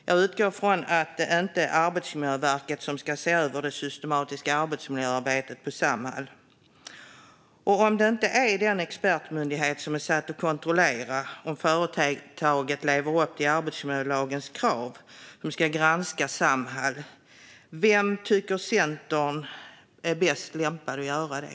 Jag utgår från att det inte är Arbetsmiljöverket som ska se över det systematiska arbetsmiljöarbetet på Samhall. Och om det inte är den expertmyndighet som är satt att kontrollera om företaget lever upp till arbetsmiljölagens krav som ska granska Samhall, vem tycker Centern är bäst lämpad att göra det?